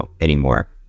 anymore